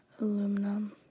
Aluminum